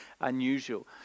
unusual